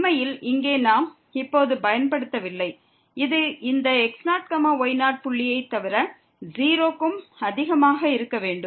உண்மையில் இங்கே நாம் இப்போது பயன்படுத்தவில்லை இது இந்த x0y0 புள்ளியைத் தவிர 0 க்கும் அதிகமாக இருக்க வேண்டும்